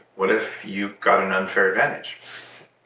what if you've got an unfair advantage?